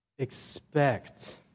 Expect